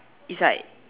is like